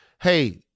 Hey